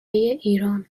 ایران